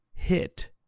Hit